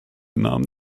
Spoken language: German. namen